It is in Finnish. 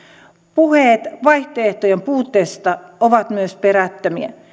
puheet vaihtoehtojen puutteesta ovat myös perättömiä